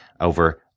over